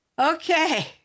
Okay